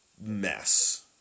mess